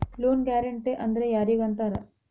Loan guarantee ಅಂದ್ರ್ ಯಾರಿಗ್ ಅಂತಾರ?